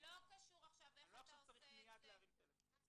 לא קשור עכשיו איך אתה עושה את זה --- רק שצריך מיד להרים טלפון.